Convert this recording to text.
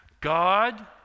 God